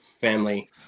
family